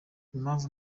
impamvu